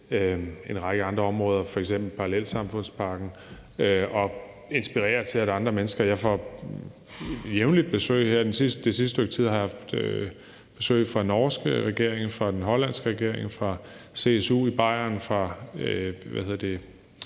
en række andre områder, f.eks. parallelsamfundspakken, at inspirere andre mennesker. Jeg får jævnligt besøg. Her det sidste stykke tid har jeg haft besøg fra den norske regering, fra den hollandske regering, fra CSU i Bayern og fra